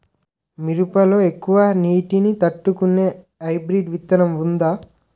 మిరప లో ఎక్కువ నీటి ని తట్టుకునే హైబ్రిడ్ విత్తనం వుందా?